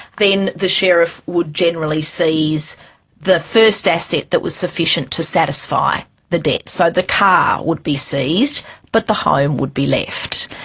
then the sheriff would generally seize the first asset that was sufficient to satisfy the debt. so the car would be seized but the home would be left.